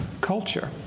culture